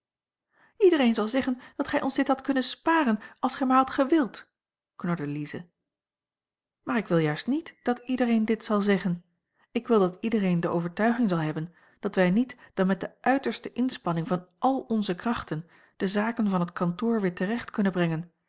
iedereen zal zeggen dat gij ons dit had kunnen sparen als gij maar hadt gewild knorde lize maar ik wil juist niet dat iedereen dit zal zeggen ik wil dat iedereen de overtuiging zal hebben dat wij niet dan met de uiterste inspanning van al onze krachten de zaken van het kantoor weer terecht kunnen brengen